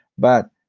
but,